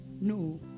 No